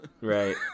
Right